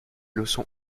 leçons